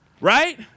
Right